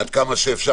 עד כמה שאפשר.